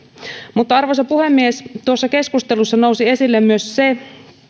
mutta arvoisa puhemies tuossa keskustelussa nousi esille myös se